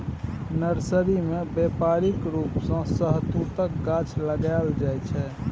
nursery मे बेपारिक रुप सँ शहतुतक गाछ लगाएल जाइ छै